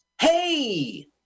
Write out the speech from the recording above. Hey